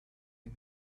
him